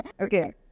Okay